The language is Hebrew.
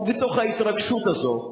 בתוך ההתרגשות הזאת,